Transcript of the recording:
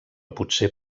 potser